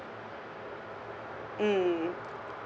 mm